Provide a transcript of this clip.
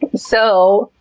so,